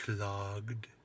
clogged